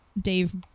Dave